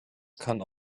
kann